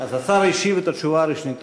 אז השר השיב את התשובה הרשמית.